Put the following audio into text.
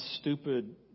stupid